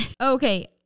Okay